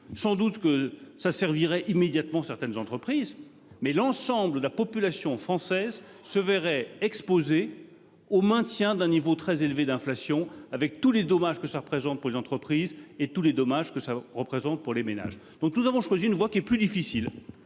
sans doute que ça servirait immédiatement certaines entreprises. Mais l'ensemble de la population française se verraient exposés au maintien d'un niveau très élevé d'inflation avec tous les dommages que ça représente pour les entreprises et tous les dommages que ça représente pour les ménages. Donc nous avons choisi une voie qui est plus difficile